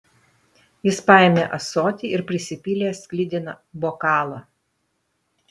jis paėmė ąsotį ir prisipylė sklidiną bokalą